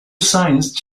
science